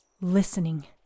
listening